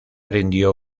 rindió